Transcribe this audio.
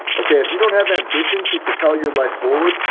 okay? if you don't have ambition to propel your life forward,